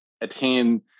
attain